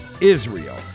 Israel